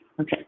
Okay